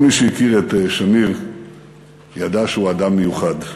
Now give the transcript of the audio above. כל מי שהכיר את שמיר ידע שהוא אדם מיוחד.